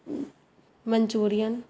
manchurian